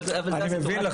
--- אני מבין,